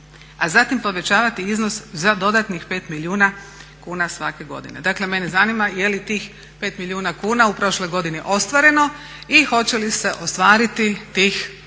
a zatim povećavati iznos za dodatnih 5 milijuna kuna svake godine." Dakle, mene zanima je li tih 5 milijuna kuna u prošloj godini ostvareno i hoće li se ostvariti tih ako